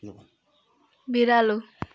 बिरालो